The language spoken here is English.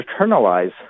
internalize